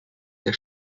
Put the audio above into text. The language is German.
der